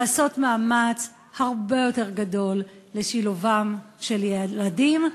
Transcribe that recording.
לעשות מאמץ הרבה יותר גדול לשילובם של ילדים,